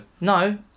No